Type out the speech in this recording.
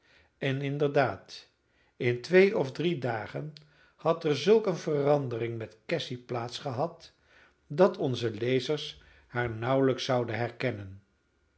en inderdaad in twee of drie dagen had er zulk een verandering met cassy plaats gehad dat onze lezers haar nauwelijks zouden herkennen